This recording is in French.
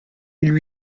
mille